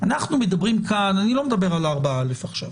לא מדבר על 4א עכשיו.